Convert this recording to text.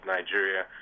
Nigeria